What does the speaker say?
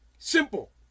Simple